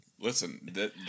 Listen